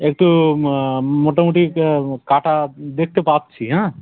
একটু মোটামোটি কাটা দেখতে পাচ্ছি হ্যাঁ